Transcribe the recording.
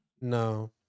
No